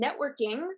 networking